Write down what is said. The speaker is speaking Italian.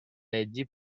leggi